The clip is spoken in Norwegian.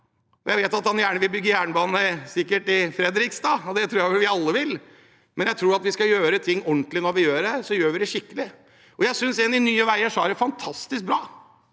Jeg vet at han gjerne vil bygge jernbane, sikkert i Fredrikstad – det tror jeg vi alle vil – men jeg tror at vi skal gjøre ting ordentlig når vi gjør dem, vi skal gjøre det skikkelig. Jeg synes en i Nye veier sa det fantastisk bra: